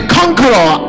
conqueror